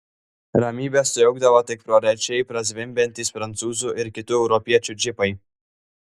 ramybę sujaukdavo tik prorečiai prazvimbiantys prancūzų ir kitų europiečių džipai